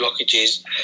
blockages